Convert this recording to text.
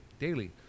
daily